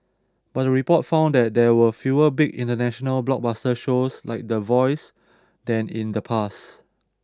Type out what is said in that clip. but the report found that there were fewer big international blockbuster shows like The Voice than in the past